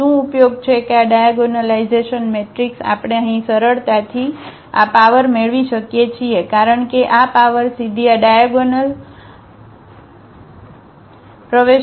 અહીં શું ઉપયોગ છે કે આ ડાયાગોનલાઇઝેશન મેટ્રિક્સ આપણે અહીં સરળતાથી આ પાવર મેળવી શકીએ છીએ કારણ કે આ પાવર સીધી આ ડાયાગોનલપ્રવેશ પ્રવેશ પર જશે